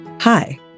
Hi